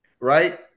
Right